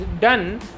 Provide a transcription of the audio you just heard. done